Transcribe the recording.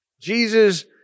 Jesus